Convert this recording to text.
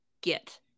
get